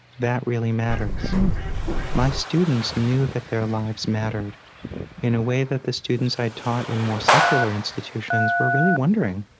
that really matters my students knew that their lives mattered in a way that the students i had taught in more secular institutions were really wondering,